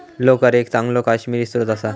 लोकर एक चांगलो काश्मिरी स्त्रोत असा